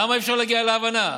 למה אי-אפשר להגיע להבנה?